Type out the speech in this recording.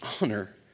Honor